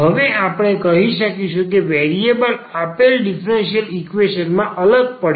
હવે આપણે કહી શકીશું કે વેરિએબલ આપેલ ડીફરન્સીયલ ઈકવેશન માં અલગ પડે છે